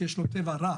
שיש לו טבע רע.